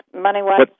money-wise